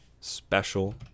special